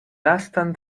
lastan